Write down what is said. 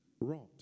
wrought